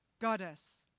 goddess,